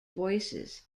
voices